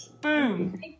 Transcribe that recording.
boom